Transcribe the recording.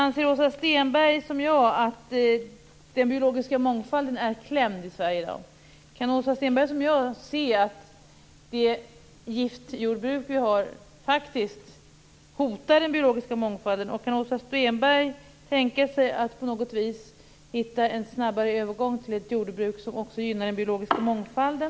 Anser Åsa Stenberg som jag att den biologiska mångfalden är klämd i Sverige i dag? Kan hon som jag se att det giftjordbruk vi har hotar den biologiska mångfalden? Kan hon tänka sig att på något vis hitta en snabbare övergång till ett jordbruk som också gynnar den biologiska mångfalden?